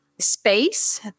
space